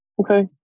okay